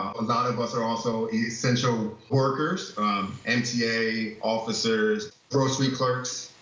a lot of us are also essential workers, um, mta, officers, grocery clerks,